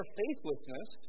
faithlessness